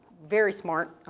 very smart